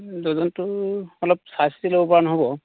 ডজনটো অলপ চাই চিতি ল'ব পৰা নহ'ব